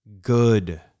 Good